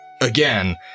again